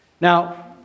Now